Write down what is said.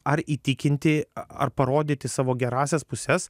ar įtikinti ar parodyti savo gerąsias puses